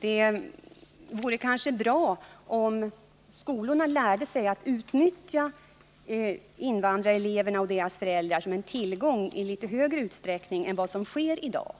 Det vore kanske bra om skolorna lärde sig att utnyttja invandrareleverna och deras föräldrar som en tillgång i litet högre utsträckning än vad som sker i dag.